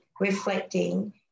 reflecting